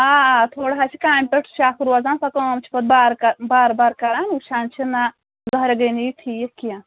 آ آ تھوڑا حَظ چھِ کامہِ پٮ۪ٹھ شَکھ روزان پَتہٕ کٲم چھِ پَتہٕ بارٕ کہ بار بار کَران وٕچھان چھِ نہ زٕہرا گٔے نہٕ ٹھیٖکھ کینٛہہ